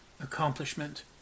accomplishment